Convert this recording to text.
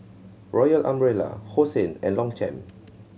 Royal Umbrella Hosen and Longchamp